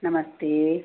नमस्ते